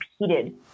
repeated